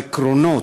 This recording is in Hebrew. בעקרונות,